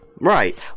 Right